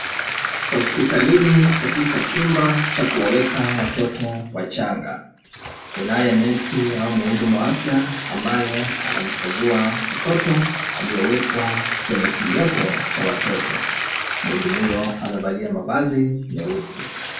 Hospitalini katika chumba cha kuwaweka watoto wachanga, kunaye nesi au muhudumu wa afya ambaye anamkagua mtoto aliyewekwa kwenye kioto cha watoto. Muhudumu huyo amevalia mavazi meusi.